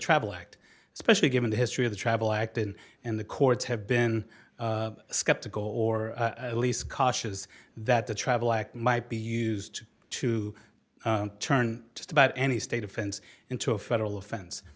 travel act especially given the history of the travel acted and the courts have been skeptical or at least cautious that the travel act might be used to turn just about any state offense into a federal offense